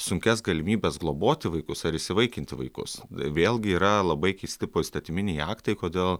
sunkias galimybes globoti vaikus ar įsivaikinti vaikus vėlgi yra labai keisti poįstatyminiai aktai kodėl